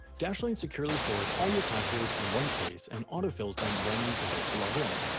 dashlane securely stores all your passwords in one place and autofills them when you go to login.